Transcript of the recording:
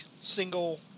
single